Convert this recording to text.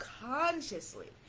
consciously